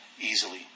easily